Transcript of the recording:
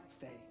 faith